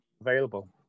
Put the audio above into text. available